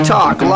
Talk